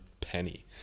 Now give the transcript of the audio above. penny